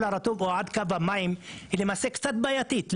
הרטוב או עד קו המים היא למעשה קצת בעייתית.